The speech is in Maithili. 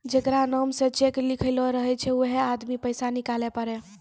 जेकरा नाम से चेक लिखलो रहै छै वैहै आदमी पैसा निकालै पारै